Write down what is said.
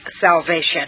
salvation